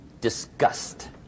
disgust